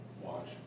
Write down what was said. watch